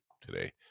today